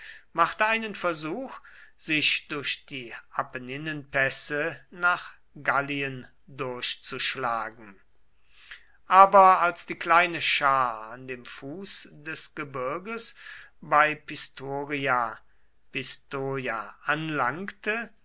machte einen versuch sich durch die apenninenpässe nach gallien durchzuschlagen aber als die kleine schar an dem fuß des gebirges bei pistoria pistoja anlangte